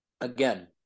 again